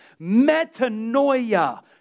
Metanoia